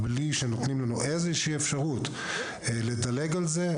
בלי שנותנים לו איזושהי אפשרות לדלג על זה,